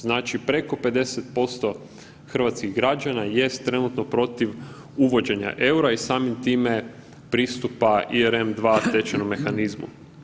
Znači, preko 50% hrvatskih građana jest trenutno protiv uvođenja EUR-a i samim time pristupa i EREM2 tečajnom mehanizmu.